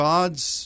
God's